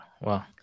wow